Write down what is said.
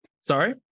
sorry